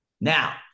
Now